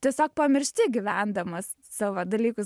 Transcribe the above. tiesiog pamiršti gyvendamas savo dalykus